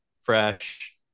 fresh